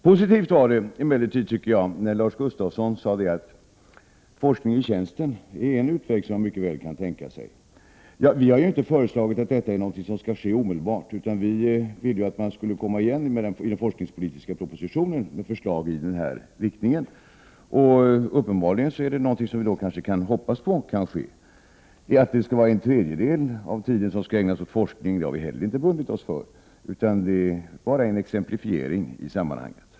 Positivt var det emellertid att Lars Gustafsson sade att forskning i tjänsten är en utväg som han mycket väl kan tänka sig. Vi har ju inte föreslagit att detta skall ske omedelbart, utan vi ville att regeringen skulle komma igen i den forskningspolitiska propositionen med förslag i denna riktning. Uppenbarligen kan vi hoppas att en tredjedel av tiden skall ägnas åt forskning, vilket vi inte heller har bundit oss för, utan det är bara en exemplifiering i sammanhanget.